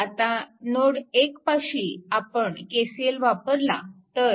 आता नोड 1 पाशी आपण KCL वापरला तर